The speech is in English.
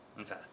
Okay